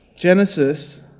Genesis